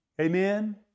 Amen